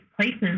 places